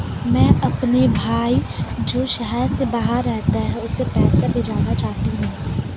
मैं अपने भाई जो शहर से बाहर रहता है, उसे पैसे भेजना चाहता हूँ